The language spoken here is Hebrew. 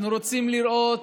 אנחנו רוצים לראות